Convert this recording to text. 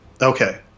Okay